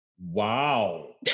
Wow